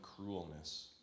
cruelness